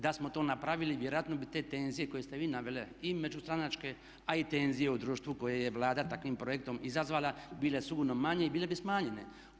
Da smo to napravili vjerojatno bi te tenzije koje ste vi naveli i međustranačke a i tenzije u društvu koje je Vlada takvim projektom izazvala bile sigurno manje i bile bi smanjene.